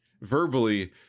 verbally